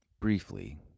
Briefly